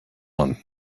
one